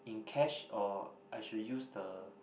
in cash or I should use the